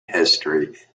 history